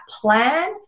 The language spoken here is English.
plan